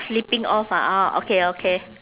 slipping off ah orh okay okay